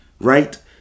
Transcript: right